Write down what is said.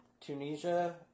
Tunisia